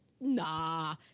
nah